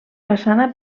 façana